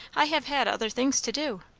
i have had other things to do.